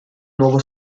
nuovo